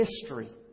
history